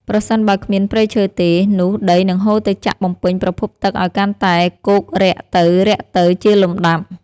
ប្រសិនបើគ្មានព្រៃឈើទេ នោះដីនឹងហូរទៅចាក់បំពេញប្រភពទឹកឱ្យកាន់តែគោករាក់ទៅៗជាលំដាប់។